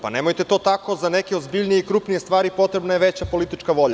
Pa, nemojte to tako, za neke ozbiljnije i krupnije stvari potrebna je veća politička volja.